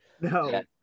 No